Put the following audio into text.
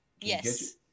Yes